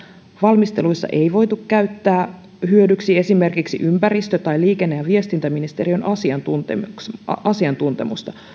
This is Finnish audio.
valmistelussa ei ole voitu käyttää hyödyksi esimerkiksi ympäristö tai liikenne ja viestintäministeriön asiantuntemusta asiantuntemusta